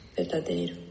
verdadeiro